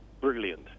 brilliant